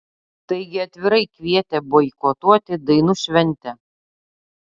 taigi atvirai kvietė boikotuoti dainų šventę